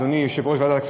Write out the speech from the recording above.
אני רק מבקש.